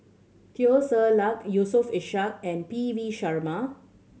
Teo Ser Luck Yusof Ishak and P V Sharma